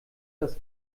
das